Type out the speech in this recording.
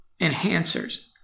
enhancers